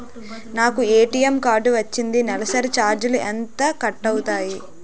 నాకు ATM card వచ్చింది నెలసరి ఛార్జీలు ఎంత కట్ అవ్తున్నాయి?